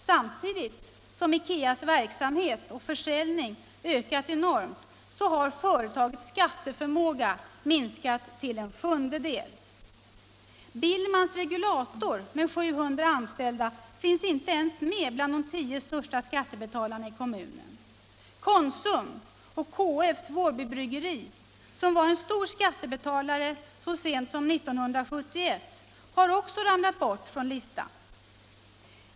Samtidigt som Ikeas verksamhet och försäljning ökat enormt har företagets skatteförmåga minskat till en sjundedel. Billmans regulator, med 700 anställda, finns inte ens med bland de tio största skattebetalarna i kommunen. Konsum och KF:s Vårbybryggeri, som var en stor skattebetalare så sent som 1971, har också ramlat bort från listan.